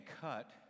cut